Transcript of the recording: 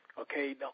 okay